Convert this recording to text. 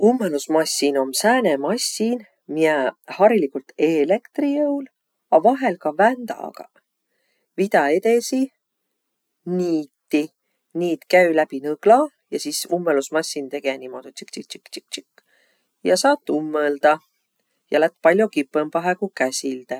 Ummõlusmassin om sääne massin, miä hariligult eelektrijõul, a vahel ka vändagaq vidä edesi niiti. Niit käü läbi nõgla ja sis ummõlusmassin tege niimoodu tsik-tsik-tsik-tsik-tsik ja saat ummõldaq. Ja lätt pall'o kipõmbahe ku käsilde.